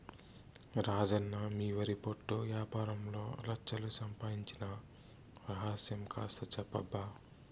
రాజన్న మీ వరి పొట్టు యాపారంలో లచ్ఛలు సంపాయించిన రహస్యం కాస్త చెప్పబ్బా